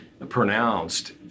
pronounced